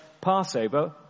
Passover